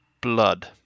blood